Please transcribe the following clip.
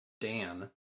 Dan